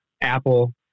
Apple